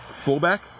fullback